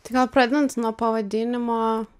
tai gal pradedant nuo pavadinimo